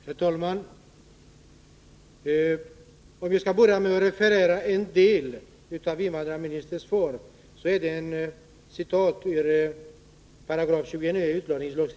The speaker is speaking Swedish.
Herr talman! Till att börja med skall jag referera en del av invandrarministerns svar som är ett citat ur 29 § utlänningslagen.